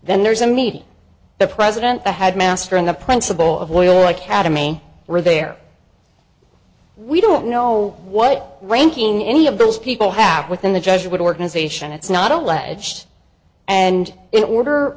then there's a meeting the president the headmaster and the principal of oil a cademy were there we don't know what ranking any of those people have within the jesuit organization it's not a ledge and it worker